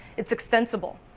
it is extentable,